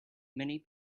many